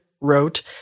wrote